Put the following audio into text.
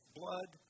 blood